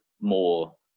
more